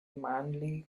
manly